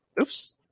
oops